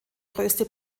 größte